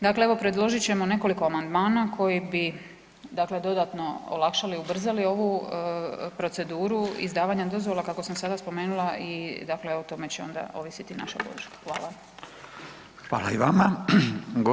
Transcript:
Dakle evo, predložit ćemo nekoliko amandmana koji bi dakle dodatno olakšali i ubrzali ovu proceduru izdavanja dozvola kako sam sada spomenula, i dakle o tome će onda ovisiti naša ... Hvala.